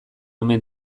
omen